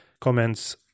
comments